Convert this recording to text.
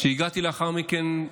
כשהגעתי לאחר מכן,